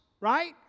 right